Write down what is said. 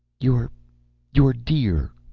you're you're dear!